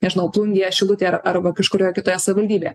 nežinau plungėje šilutėje ar arba kažkurioj kitoje savivaldybėje